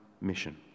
mission